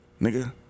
Nigga